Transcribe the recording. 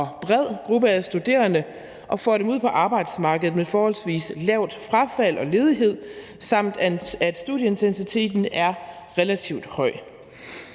og bred gruppe af studerende og får dem ud på arbejdsmarkedet med et forholdsvis lavt frafald og forholdsvis lav ledighed, samt at studieintensiteten er relativt høj.